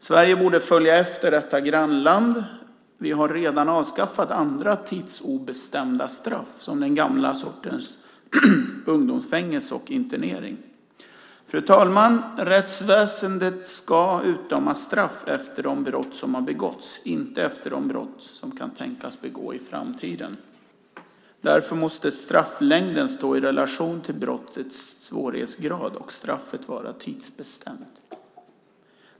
Sverige borde följa efter detta grannland. Vi har redan avskaffat andra tidsobestämda straff, som den gamla sortens ungdomsfängelse och internering. Fru talman! Rättsväsendet ska utdöma straff efter de brott man har begått, inte efter de brott som man kan tänkas begå i framtiden. Därför måste strafflängden stå i relation till brottets svårighetsgrad och straffet vara tidsbestämt.